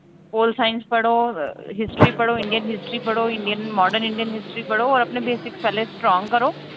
pole science पढ़ो history पढ़ो Indian history पढ़ो इंडियन मार्डन इंडियन हिस्ट्री पढ़ो और अपने बेसिक्स पैहले स्ट्रांग करो